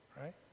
right